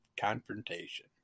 confrontation